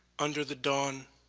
under the dawn,